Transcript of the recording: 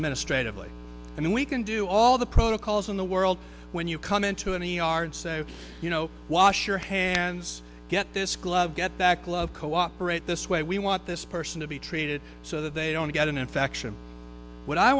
administratively and we can do all the protocols in the world when you come into any yard so you know wash your hands get this glove get back love cooperate this way we want this person to be treated so that they don't get an infection what i